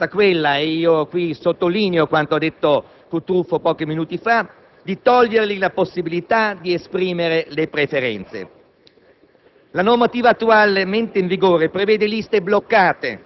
La più grave limitazione del diritto dell'elettore è stata quella - sottolineo quanto detto dal senatore Cutrufo poco fa - di toglierli la possibilità di esprimere le preferenze.